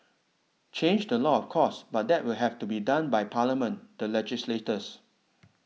change the law of course but that will have to be done by Parliament the legislators